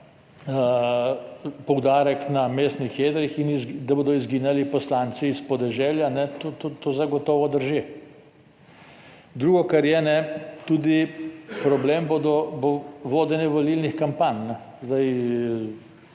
poudarek na mestnih jedrih in da bodo izginili poslanci iz podeželja, to zagotovo drži. Drugo, kar je tudi problem, vodenje volilnih kampanj.